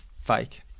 fake